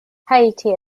haiti